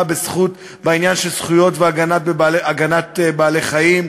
בעניין של זכויות והגנה על בעלי-חיים,